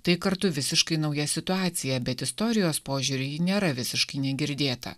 tai kartu visiškai nauja situacija bet istorijos požiūriu ji nėra visiškai negirdėta